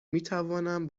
میتوانم